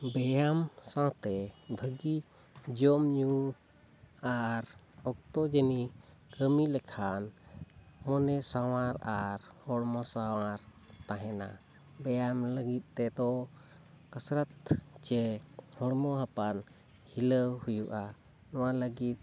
ᱵᱮᱭᱟᱢ ᱥᱟᱶᱛᱮ ᱵᱷᱟᱹᱜᱤ ᱡᱚᱢᱼᱧᱩ ᱟᱨ ᱚᱠᱛᱚ ᱡᱟᱹᱱᱤ ᱠᱟᱹᱢᱤ ᱞᱮᱠᱷᱟᱱ ᱢᱚᱱᱮ ᱥᱟᱶᱟᱨ ᱟᱨ ᱦᱚᱲᱢᱚ ᱥᱟᱶᱟᱨ ᱛᱟᱦᱮᱱᱟ ᱵᱮᱭᱟᱢ ᱞᱟᱹᱜᱤᱫ ᱛᱮᱫᱚ ᱠᱟᱥᱨᱟᱛ ᱥᱮ ᱦᱚᱲᱢᱚ ᱦᱟᱯᱟᱱ ᱦᱤᱞᱟᱹᱣ ᱦᱩᱭᱩᱜᱼᱟ ᱱᱚᱣᱟ ᱞᱟᱹᱜᱤᱫ